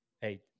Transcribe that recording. Hey